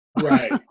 Right